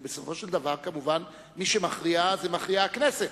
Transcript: ובסופו של דבר מי שמכריע זה כמובן הכנסת.